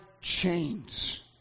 chains